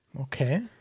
Okay